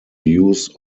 use